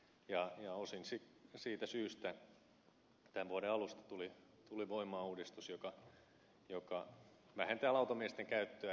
osin siitä syystä tämän vuoden alusta tuli voimaan uudistus joka vähentää lautamiesten käyttöä